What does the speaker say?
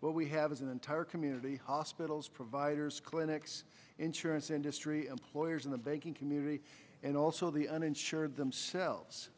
what we have as an entire community hospitals providers clinics insurance industry employers in the banking community and also the uninsured themselves